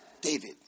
David